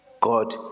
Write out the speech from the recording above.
God